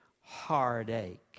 heartache